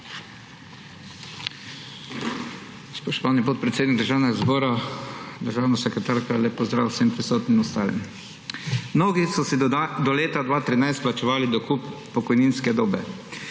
Spoštovani, podpredsednik Državnega zbora, državna sekretarka, lep pozdrav vsem prisotnim in ostalim! Mnogi so si do leta 2013 plačevali dokup pokojninske dobe.